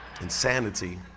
insanity